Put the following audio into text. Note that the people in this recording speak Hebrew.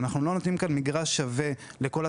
אנחנו לא נותנים כאן מגרש שווה לשחקנים,